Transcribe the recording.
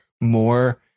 more